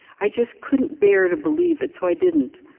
i just couldn't bear to believe it. so i didn't,